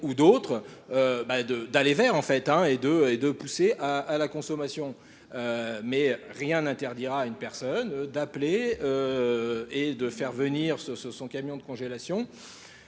d'autres, d'aller vers en fait et de pousser à la consommation mais rien n'interdira à une personne d'appeler et de faire venir ce son camion de congélation